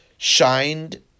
Shined